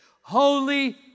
Holy